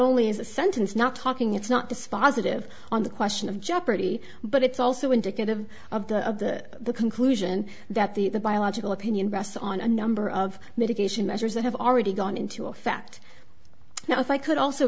only is the sentence not talking it's not dispositive on the question of jeopardy but it's also indicative of the of the conclusion that the biological opinion rests on a number of mitigation measures that have already gone into effect now if i could also